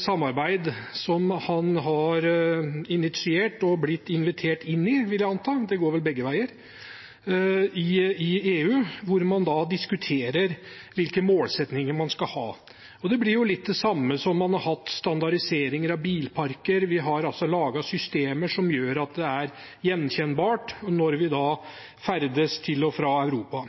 samarbeid som han har initiert, og som han har blitt invitert inn i – jeg vil anta at det går begge veier – i EU, hvor man diskuterer hvilke målsettinger man skal ha. Det blir litt det samme som at man har hatt standardisering av bilparker. Vi har laget systemer som gjør at det er gjenkjennbart når vi ferdes til og fra Europa.